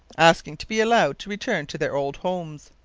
asking to be allowed to return to their old homes.